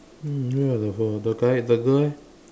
hmm where are the the guy the girl eh